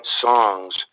songs